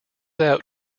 out